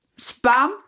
Spam